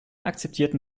akzeptierten